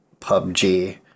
PUBG